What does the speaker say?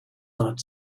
not